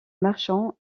marchands